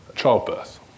childbirth